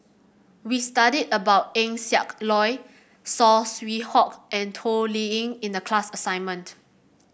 we studied about Eng Siak Loy Saw Swee Hock and Toh Liying in the class assignment